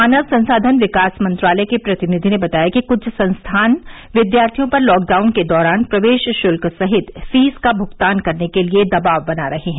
मानव संसाधन विकास मंत्रालय के प्रतिनिधि ने बताया कि कृष्ठ संस्थान विद्यार्थियों पर लॉकडाउन के दौरान प्रवेश शुल्क सहित फीस का भुगतान करने के लिए दबाव बना रहे हैं